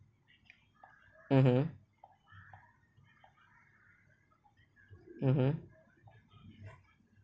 mmhmm mmhmm